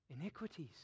iniquities